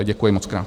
Děkuji mockrát.